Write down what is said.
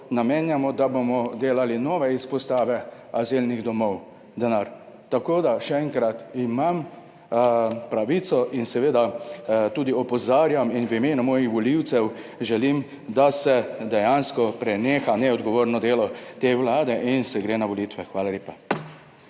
namenjamo, da bomo delali nove izpostave azilnih domov, denar. Tako da, še enkrat, imam pravico in seveda tudi opozarjam in v imenu mojih volivcev želim, da se dejansko preneha neodgovorno delo te vlade in se gre na volitve. Hvala lepa.